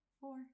four